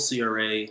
cra